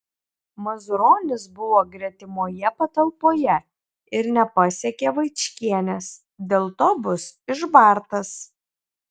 mazuronis buvo gretimoje patalpoje ir nepasiekė vaičkienės dėl to bus išbartas